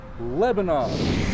Lebanon